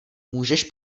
můžeš